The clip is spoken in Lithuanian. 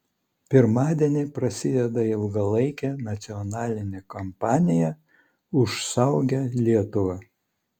pirmadienį prasideda ilgalaikė nacionalinė kampanija už saugią lietuvą